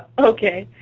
okay.